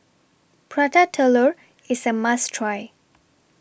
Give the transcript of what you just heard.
Prata Telur IS A must Try